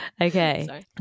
Okay